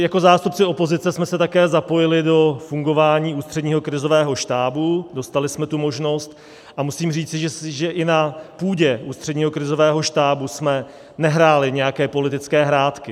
Jako zástupci opozice jsme se také zapojili do fungování Ústředního krizového štábu, dostali jsme tu možnost a musím říci, že ani na půdě Ústředního krizového štábu jsme nehráli nějaké politické hrátky.